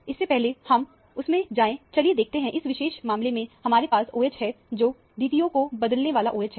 इससे पहले हम उसमें जाएं चलिए देखते हैं इस विशेष मामले में हमारे पास OH है जो D2O को बदलने वाला OH है